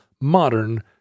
modern